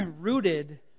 Rooted